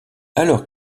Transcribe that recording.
alors